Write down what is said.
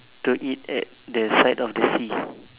to eat at the side of the sea